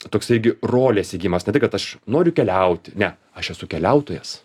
toksai gi rolės įgijimas ne tai kad aš noriu keliauti ne aš esu keliautojas